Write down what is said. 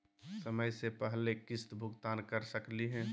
समय स पहले किस्त भुगतान कर सकली हे?